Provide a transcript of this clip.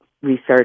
research